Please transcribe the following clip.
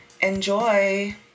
enjoy